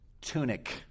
tunic